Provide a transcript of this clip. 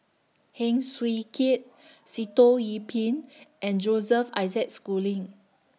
Heng Swee Keat Sitoh Yih Pin and Joseph Isaac Schooling